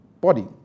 body